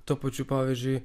tuo pačiu pavyzdžiui